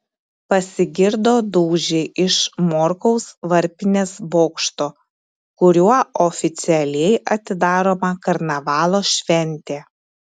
pasigirdo dūžiai iš morkaus varpinės bokšto kuriuo oficialiai atidaroma karnavalo šventė